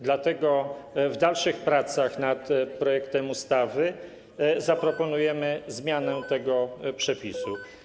Dlatego w dalszych pracach nad projektem ustawy zaproponujemy zmianę tego przepisu.